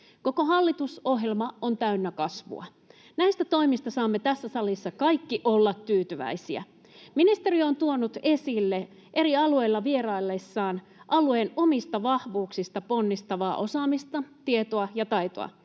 Koko hallitusohjelma on täynnä kasvua. Näistä toimista saamme tässä salissa kaikki olla tyytyväisiä. Ministeri on tuonut esille eri alueilla vieraillessaan alueen omista vahvuuksista ponnistavaa osaamista, tietoa ja taitoa.